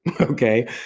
Okay